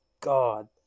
god